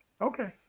Okay